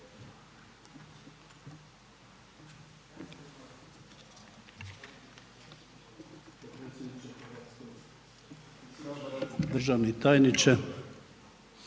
državna tajnice